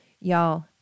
y'all